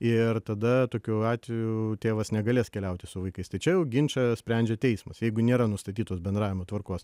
ir tada tokiu atveju tėvas negalės keliauti su vaikais tai čia jau ginčą sprendžia teismas jeigu nėra nustatytos bendravimo tvarkos